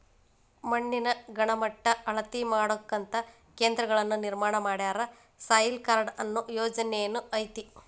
ಮಣ್ಣಿನ ಗಣಮಟ್ಟಾ ಅಳತಿ ಮಾಡಾಕಂತ ಕೇಂದ್ರಗಳನ್ನ ನಿರ್ಮಾಣ ಮಾಡ್ಯಾರ, ಸಾಯಿಲ್ ಕಾರ್ಡ ಅನ್ನು ಯೊಜನೆನು ಐತಿ